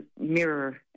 mirror